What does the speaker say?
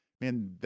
man